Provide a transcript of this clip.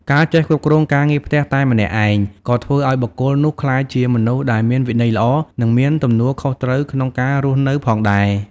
ការចេះគ្រប់គ្រងការងារផ្ទះតែម្នាក់ឯងក៏ធ្វើឱ្យបុគ្គលនោះក្លាយជាមនុស្សដែលមានវិន័យល្អ និងមានទំនួលខុសត្រូវក្នុងការរស់នៅផងដែរ។